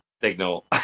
signal